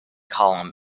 column